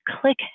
click